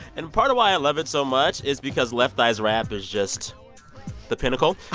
and part of why i love it so much is because left eye's rap is just the pinnacle.